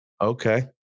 Okay